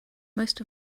most